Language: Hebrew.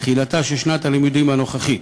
תחילתה של שנת הלימודים הנוכחית.